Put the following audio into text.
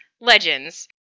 legends